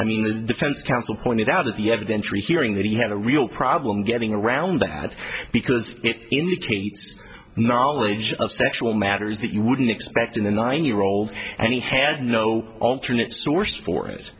needle defense counsel pointed out of the evidence rehearing that he had a real problem getting around that because it indicates knowledge of sexual matters that you wouldn't expect in a nine year old and he had no alternate source for